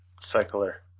cycler